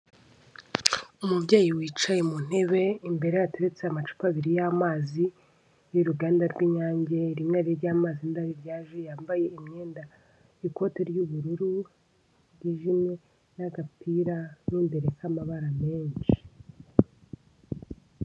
Umubyeyi wicaye mu ntebe imbere yateretse amacupa abiri y'amazi y'uruganda rw'inyange rimwe ari iry'amazi irindi ari irya ji yambaye imyenda ikote ry'ubururu ryijimye n'agapira mo imbere k'amabara menshi.